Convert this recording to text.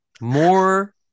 more